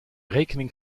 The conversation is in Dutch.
rekening